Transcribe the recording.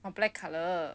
orh black colour